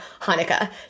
Hanukkah